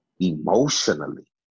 emotionally